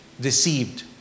deceived